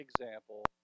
example